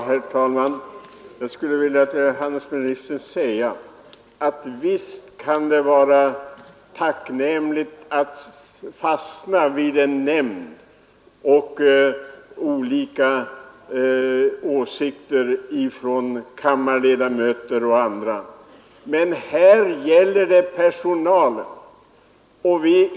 Herr talman! Till handelsministern vill jag säga att visst kan det vara tacknämligt att åberopa en nämnd, som representerar olika åsikter från kammarledamöter och andra, men här gäller det personalen.